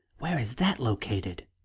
where is that located?